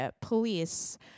police